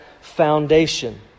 foundation